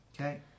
Okay